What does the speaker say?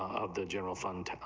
ah the general fund,